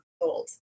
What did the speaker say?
old